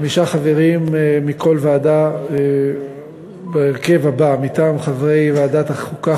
חמישה חברים מכל ועדה בהרכב הבא: מטעם חברי ועדת חוקה,